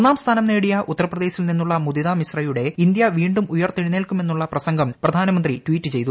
ഒന്നാം സ്ഥാനം നേടിയ ഉത്തർപ്രദേശിൽ നിന്നുള്ള മുദിത മിശ്രയുടെ ഇന്ത്യ വീണ്ടും ഉയിർത്തെഴുന്നേൽക്കുമെന്നുള്ള പ്രസംഗം പ്രധാനമന്ത്രി ട്വീറ്റ് ചെയ്തു